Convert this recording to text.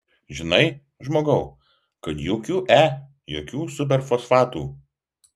žinai žmogau kad jokių e jokių superfosfatų